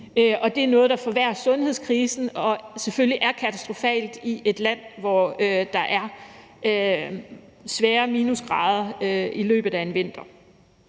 og det er noget, der forværrer sundhedskrisen og selvfølgelig er katastrofalt i et land, hvor der er høje minusgrader i løbet af en vinter.